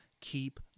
Keep